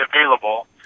available